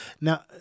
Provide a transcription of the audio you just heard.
Now